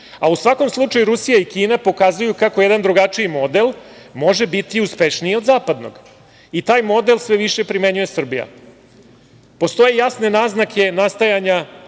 svakom slučaju Rusija i Kina pokazuju kako jedan drugačiji model može biti uspešniji od zapadnog. Taj model sve više primenjuje Srbija. Postoje jasne naznake, nastajanja